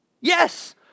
Yes